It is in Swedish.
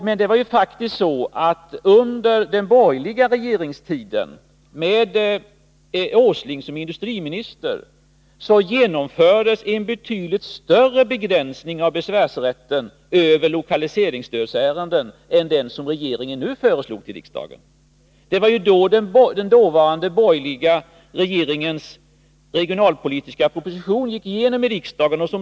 Men det var ju faktiskt så att under den borgerliga regeringstiden med Nils Åsling som industriminister, så genomfördes en betydligt större begränsning av besvärsrätten över lokaliseringsstödsärenden än den som regeringen nu föreslår riksdagen. Det var ju då den borgerliga regeringens regionalpolitiska proposition gick igenom i riksdagen.